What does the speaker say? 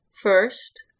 first